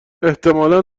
احتمالا